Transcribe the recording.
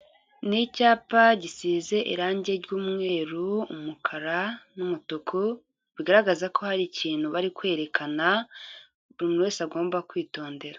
N'icyapa gisize irangi ry'mweru umukara n'mutuku bigaragaza ko hari ikintu bari kwerekana buri wese agomba kwitondera.